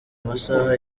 masaha